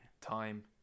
time